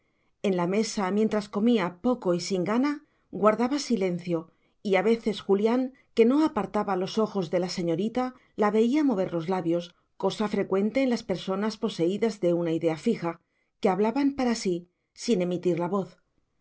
en la mesa mientras comía poco y sin gana guardaba silencio y a veces julián que no apartaba los ojos de la señorita la veía mover los labios cosa frecuente en las personas poseídas de una idea fija que hablan para sí sin emitir la voz